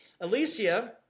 Alicia